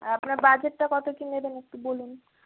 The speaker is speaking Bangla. আর আপনার বাজেটটা কত কী নেবেন একটু বলুন